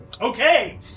Okay